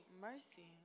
Mercy